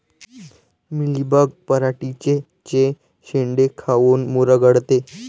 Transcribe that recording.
Mealybug पराटीचे चे शेंडे काऊन मुरगळते?